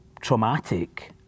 traumatic